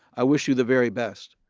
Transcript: i wish you the very best.